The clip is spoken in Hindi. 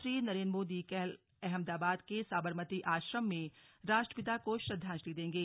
प्रधानमंत्री नरेन्द्र मोदी कल अहमदाबाद के साबरमती आश्रम में राष्ट्पिता को श्रद्वांजलि देंगे